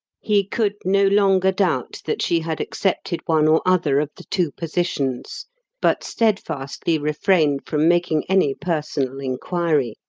he could no longer doubt that she had accepted one or other of the two positions but steadfastly refrained from making any personal inquiry.